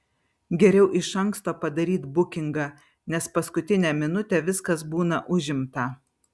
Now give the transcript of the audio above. geriau iš anksto padaryt bukingą nes paskutinę minutę viskas būna užimta